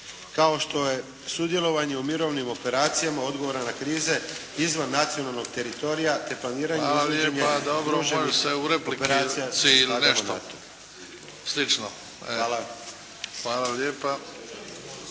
kao što je sudjelovanje u mirovnim operacijama odgovora na krize izvan nacionalnog teritorija te planiranje i izvođenje … /Govornik se ne razumije./ … Hvala.